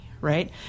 right